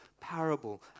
parable